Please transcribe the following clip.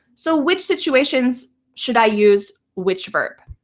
so which situations should i use which verb?